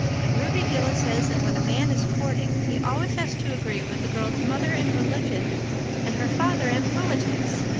and ruby gillis says that when a man is courting he always has to agree with the girl's mother in religion and her father in politics.